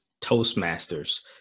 Toastmasters